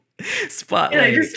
spotlight